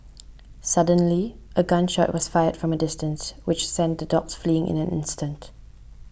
suddenly a gun shot was fired from a distance which sent the dogs fleeing in an instant